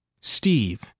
Steve